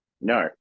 No